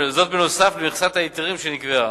וזאת נוסף על מכסת ההיתרים שנקבעה.